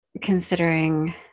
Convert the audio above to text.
considering